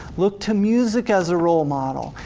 look to music as a role model.